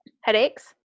Headaches